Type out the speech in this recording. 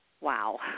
Wow